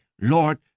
Lord